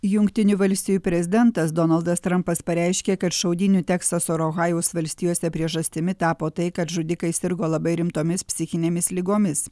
jungtinių valstijų prezidentas donaldas trampas pareiškė kad šaudynių teksaso ir ohajaus valstijose priežastimi tapo tai kad žudikai sirgo labai rimtomis psichinėmis ligomis